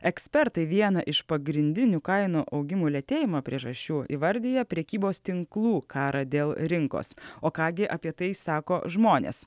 ekspertai vieną iš pagrindinių kainų augimo lėtėjimo priežasčių įvardija prekybos tinklų karą dėl rinkos o ką gi apie tai sako žmonės